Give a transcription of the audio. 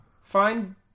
Find